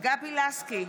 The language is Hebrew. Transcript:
גבי לסקי,